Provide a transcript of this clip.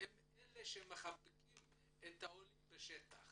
היא זו שמחבקת את העולים בשטח